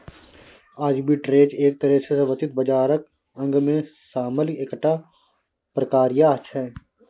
arbitrage एक तरह सँ वित्त बाजारक अंगमे शामिल एकटा प्रक्रिया छै